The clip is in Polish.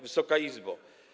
Wysoka Izbo!